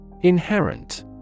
Inherent